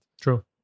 True